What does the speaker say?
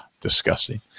Disgusting